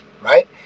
right